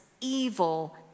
evil